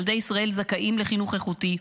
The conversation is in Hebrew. ילדי ישראל זכאים לחינוך איכותי,